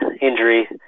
injury